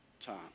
time